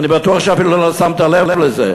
אני בטוח שאפילו לא שמת לב לזה.